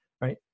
Right